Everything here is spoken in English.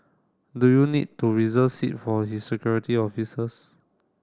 do you need to reserve seat for his security officers